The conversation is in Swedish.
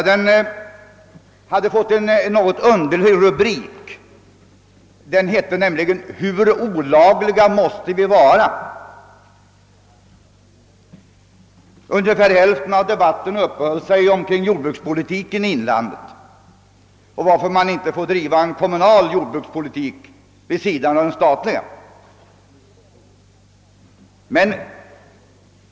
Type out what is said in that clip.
Den hade fått en något underlig rubrik; den hette nämligen: »Hur olagliga måste vi vara?» Ungefär hälften av debatten ägnades åt jordbrukspolitiken i inlandet och behandlade frågor som varför man inte får driva en kommunal jordbrukspolitik vid sidan av den statliga.